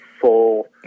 full